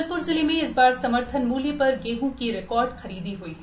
जबलप्रजिले में इस बार समर्थन मूल्य पर गेहं की रिकॉर्ड खरीदी हई है